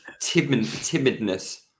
timidness